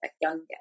younger